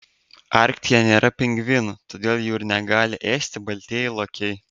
arktyje nėra pingvinų todėl jų ir negali ėsti baltieji lokiai